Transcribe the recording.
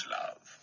love